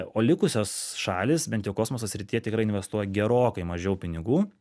o likusios šalys bent jau kosmoso srityje tikrai investuoja gerokai mažiau pinigų